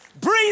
Breathe